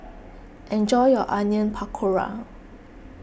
enjoy your Onion Pakora